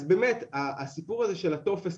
אז הסיפור הזה של הטופס,